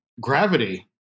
gravity